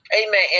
amen